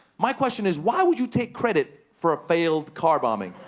my question is why would you take credit for a failed car bombing?